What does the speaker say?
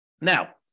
Now